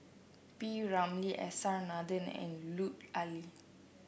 P Ramlee S R Nathan and Lut Ali